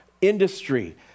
industry